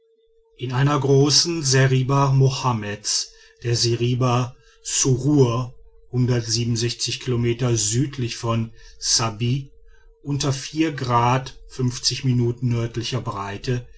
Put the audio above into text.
in einer großen seriba mohammeds der seriba sure kilometer südlich von sfabbi unter grad nördlicher breite